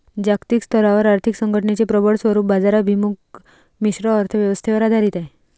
जागतिक स्तरावर आर्थिक संघटनेचे प्रबळ स्वरूप बाजाराभिमुख मिश्र अर्थ व्यवस्थेवर आधारित आहे